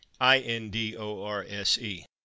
I-N-D-O-R-S-E